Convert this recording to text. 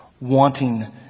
wanting